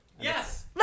Yes